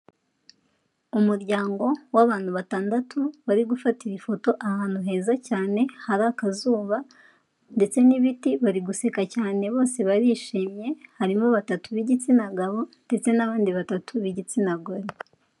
Umuryango w'abantu batandatu bari gufatirara ifoto ahantu heza cyane, hari akazuba ndetse n'ibiti bari guseka cyane, bose barishimye harimo batatu b'igitsina gabo ndetse n'abandi batatu b'igitsina gore.